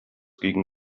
gegen